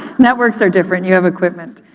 networks are different, you have equipment.